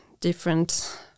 different